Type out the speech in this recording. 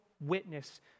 witness